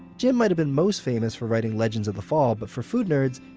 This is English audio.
yeah might have been most famous for writing legends of the fall, but for food nerds,